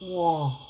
!wah!